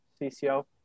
cco